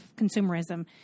consumerism